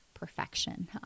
perfection